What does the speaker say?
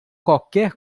qualquer